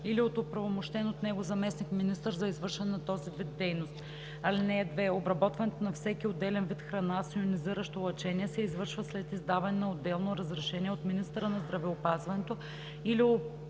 или от оправомощен от него заместник-министър за извършване на този вид дейност. (2) Обработването на всеки отделен вид храна с йонизиращо лъчение се извършва след издаване на отделно разрешение от министъра на здравеопазването или